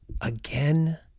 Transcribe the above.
again